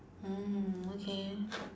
mm okay